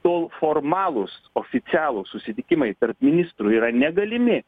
tol formalūs oficialūs susitikimai tarp ministrų yra negalimi